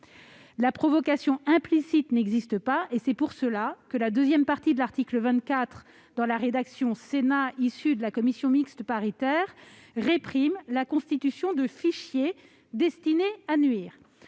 La provocation implicite n'existe pas, c'est la raison pour laquelle la deuxième partie de l'article 24, dans la rédaction du Sénat issue de la commission mixte paritaire, réprime la constitution de fichiers destinée à nuire.